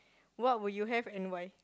what would you have and why